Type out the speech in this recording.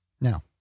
Now